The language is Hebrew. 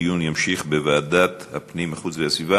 הדיון יימשך בוועדת הפנים והגנת הסביבה.